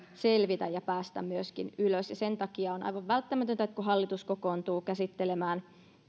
selvitä ja päästä myöskin ylös sen takia on aivan välttämätöntä että kun hallitus kokoontuu käsittelemään